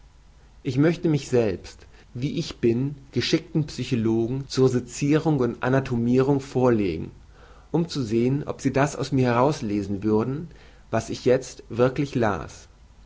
ich möchte mich selbst wie ich bin geschickten psychologen zur secirung und anatomirung vorlegen um zu sehen ob sie das aus mir herauslesen würden was ich jezt wirklich las